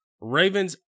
Ravens